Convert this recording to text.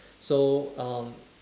so um